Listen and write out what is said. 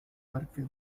parque